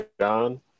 John